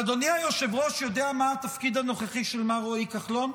אדוני היושב-ראש יודע מה התפקיד הנוכחי של מר רועי כחלון,